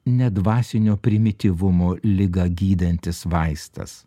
ne dvasinio primityvumo ligą gydantis vaistas